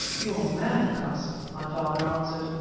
you are mad, carson, my father answered.